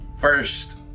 First